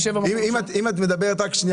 בשנת 2015